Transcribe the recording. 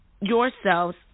yourselves